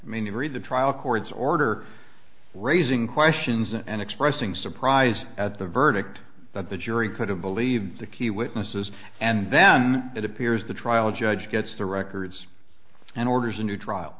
mean you read the trial court's order raising questions and expressing surprise at the verdict that the jury couldn't believe the key witnesses and then it appears the trial judge gets the records and orders a new trial